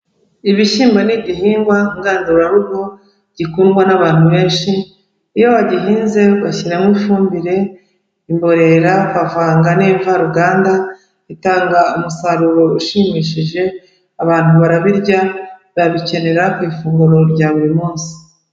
Ibishyimbo ni igihingwa ngandurarugo, gikundwa n'abantu benshi, iyo bagihinze bashyiramo ifumbire, imborera bavanga n'invaruganda, itanga umusaruro ushimishije, abantu barabirya babikenera ku ifunguro rya buri munsi.